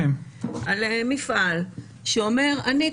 על מפעל שאומר: אני,